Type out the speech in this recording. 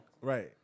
Right